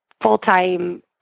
full-time